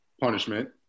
punishment